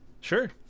Sure